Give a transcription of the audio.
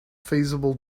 feasible